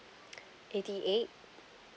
eighty eight